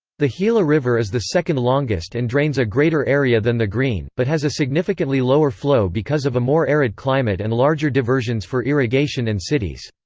the gila river is the second longest and drains a greater area than the green, but has a significantly lower flow because of a more arid climate and larger diversions for irrigation and cities.